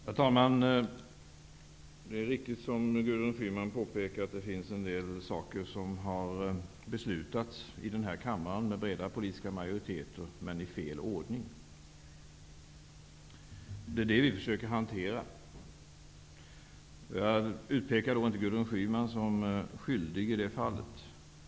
Herr talman! Det är riktigt, som Gudrun Schyman påpekar, att det finns en del frågor som i den här kammaren har beslutats med breda politiska majoriteter, men att de har beslutats i fel ordning. Det är detta vi försöker att hantera. Jag utpekar inte Gudrun Schyman som skyldig i det fallet.